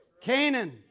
Canaan